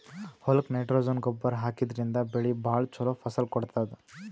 ಹೊಲಕ್ಕ್ ನೈಟ್ರೊಜನ್ ಗೊಬ್ಬರ್ ಹಾಕಿದ್ರಿನ್ದ ಬೆಳಿ ಭಾಳ್ ಛಲೋ ಫಸಲ್ ಕೊಡ್ತದ್